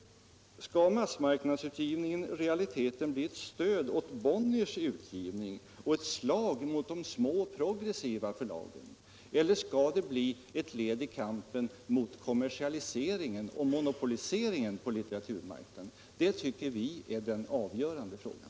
Skall massmarknadsutgivningen i realiteten bli ett stöd åt Bonniers utgivning och ett slag mot de små och progressiva förlagen? Eller skall den bli ett led i kampen mot kommersialiseringen och monopoliseringen på litteraturmarknaden”? Det tycker vi är den avgörande frågan.